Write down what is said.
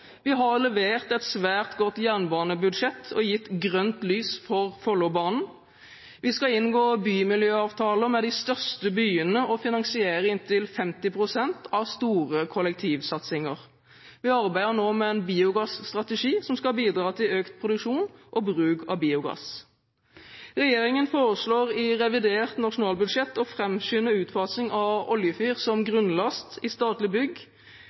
Vi har levert et svært godt jernbanebudsjett og gitt grønt lys for Follobanen. Vi skal inngå bymiljøavtaler med de største byene og finansiere inntil 50 pst. av store kollektivsatsinger. Vi arbeider nå med en biogasstrategi som skal bidra til økt produksjon og bruk av biogass. Regjeringen foreslår i revidert nasjonalbudsjett å framskynde utfasing av oljefyr som grunnlast i statlige bygg